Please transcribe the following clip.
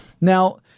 Now